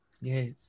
yes